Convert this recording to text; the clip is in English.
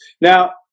Now